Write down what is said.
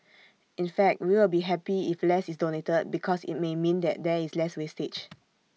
in fact we will be happy if less is donated because IT may mean that there is less wastage